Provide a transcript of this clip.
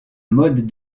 modes